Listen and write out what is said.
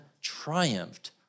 triumphed